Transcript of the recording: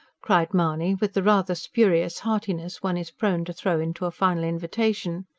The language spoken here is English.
cried mahony, with the rather spurious heartiness one is prone to throw into a final invitation.